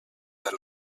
del